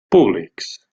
públics